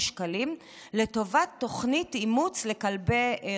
שקלים לטובת תוכנית אימוץ לכלבי רחוב.